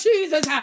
Jesus